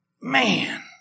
Man